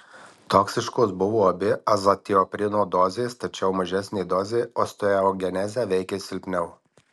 toksiškos buvo abi azatioprino dozės tačiau mažesnė dozė osteogenezę veikė silpniau